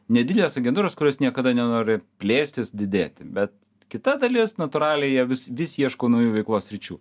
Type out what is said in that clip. nedidelės agentūros kurios niekada nenori plėstis didėti bet kita dalis natūraliai jie vis vis ieško naujų veiklos sričių